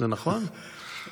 זה נכון?